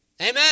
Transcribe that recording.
Amen